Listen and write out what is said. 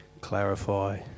clarify